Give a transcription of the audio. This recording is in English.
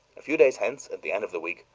a few days hence, at the end of the week,